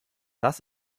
das